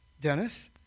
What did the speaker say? Dennis